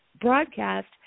broadcast